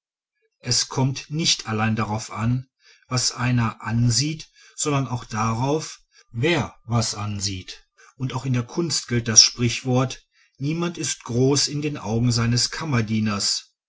es kommt nicht allein darauf an was einer ansieht sondern auch darauf wer was ansieht und auch in der kunst gilt das sprichwort niemand ist groß in den augen seines kammerdieners